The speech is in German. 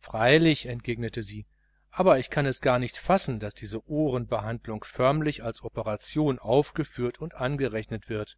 freilich entgegnete sie aber ich kann es gar nicht fassen daß diese ohrenbehandlung förmlich als operation aufgeführt und angerechnet wird